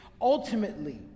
ultimately